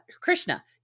Krishna